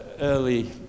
early